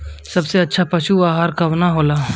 सबसे अच्छा पशु आहार कवन हो ला?